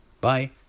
Bye